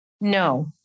No